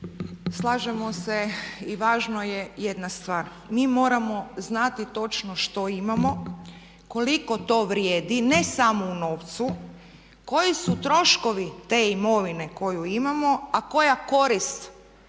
Slažemo se i važno je jedna stvar. Mi moramo znati točno što imamo, koliko to vrijedi, ne samo u novcu, koji su troškovi te imovine koju imamo a koja korist